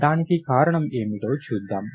దానికి కారణం ఏమిటో చూద్దాం